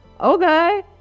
okay